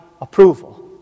approval